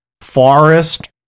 forest